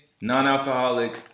non-alcoholic